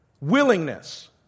willingness